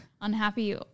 unhappy